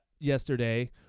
Yesterday